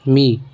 मी